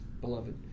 beloved